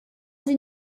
sie